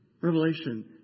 Revelation